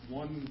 one